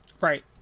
Right